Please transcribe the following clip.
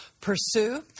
pursue